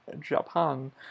Japan